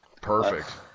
Perfect